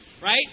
Right